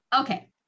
Okay